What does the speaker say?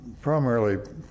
primarily